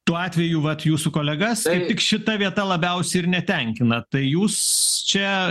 tuo atveju vat jūsų kolegas kaip tik šita vieta labiausiai ir netenkina tai jūs čia